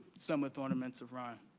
some with ornaments of rhyme.